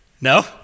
No